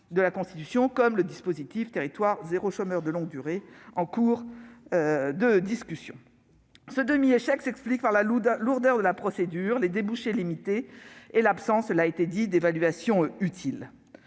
de la Constitution, comme le dispositif « territoires zéro chômeur de longue durée », en cours de discussion. Ce demi-échec s'explique par la lourdeur de la procédure, les débouchés limités et l'absence d'évaluation utile.